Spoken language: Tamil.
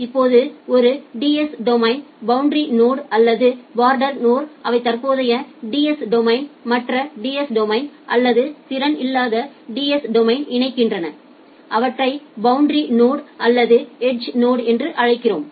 இப்போது ஒரு டிஎஸ் டொமைனில் பௌண்டரி நோட்ஸ் அல்லது பார்டர் நோட்ஸ் அவை தற்போதைய டிஎஸ் டொமைனை மற்ற டிஎஸ் டொமைனுடன் அல்லது திறன் இல்லாத டிஎஸ் டொமைனுடன் இணைக்கின்றன அவற்றை பௌண்டரி நோட்ஸ் அல்லது எட்ஜ் நோட்ஸ் என்று அழைக்கிறோம்